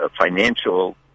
financial